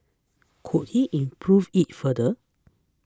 could he improve it further